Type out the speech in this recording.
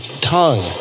tongue